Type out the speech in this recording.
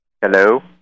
Hello